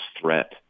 threat